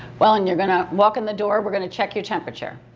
well and you're gonna walk in the door, we're going to check your temperature,